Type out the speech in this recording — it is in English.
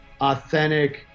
authentic